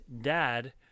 dad